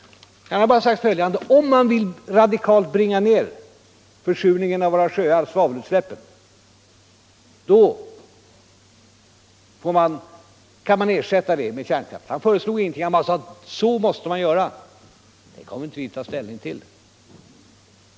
Vad han sade var bara följande: Om man vill radikalt bringa ner svavelutsläppen och försurningen av våra sjöar, så får man satsa på kärnkraft i stället. Han föreslog alltså ingenting, han sade bara att så måste man göra. Det är inte något vi skall ta ställning till nu.